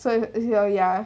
so it's ya ya